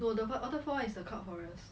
no the the waterfall [one] is the cloud forest